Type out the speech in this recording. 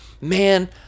man